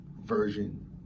version